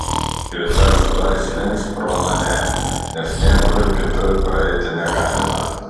ir tas tuoj slinks pro mane nes niekur kitur praeiti negalima